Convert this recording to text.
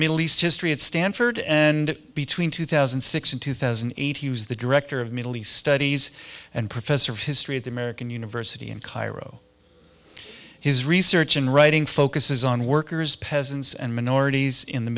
middle east history at stanford and between two thousand and six and two thousand and eight he was the director of middle east studies and professor of history at the american university in cairo his research in writing focuses on workers peasants and minorities in the